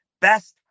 Best